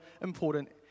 important